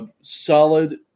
solid